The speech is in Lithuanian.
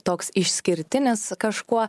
toks išskirtinis kažkuo